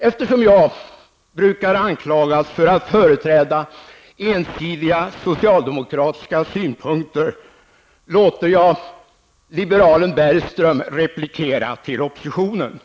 Eftersom jag brukar anklagas för att företräda ensidiga socialdemokratiska synpunkter, låter jag liberalen Bergström replikera på oppositionens krav.